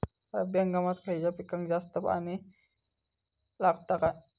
रब्बी हंगामात खयल्या पिकाक जास्त पाणी लागता काय?